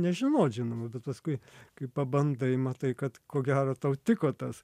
nežinot žinoma bet paskui kai pabandai matai kad ko gero tau tiko tas